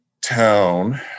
town